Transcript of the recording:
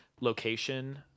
location